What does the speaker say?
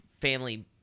family